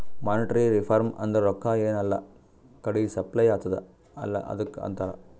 monetary reform ಅಂದುರ್ ರೊಕ್ಕಾ ಎನ್ ಎಲ್ಲಾ ಕಡಿ ಸಪ್ಲೈ ಅತ್ತುದ್ ಅಲ್ಲಾ ಅದುಕ್ಕ ಅಂತಾರ್